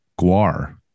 Guar